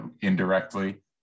indirectly